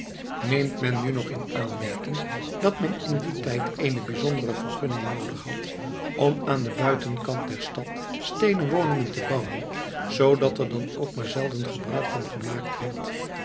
neemt men nu nog in aanmerking dat men in dien tijd eene bijzondere vergunning noodig had om aan den buitenkant der stad steenen woningen te bouwen zoodat er dan ook maar zelden gebruik van gemaakt werd